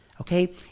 Okay